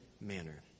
manner